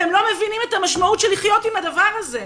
הם לא מבינים את המשמעות של לחיות עם הדבר הזה.